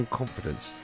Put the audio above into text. confidence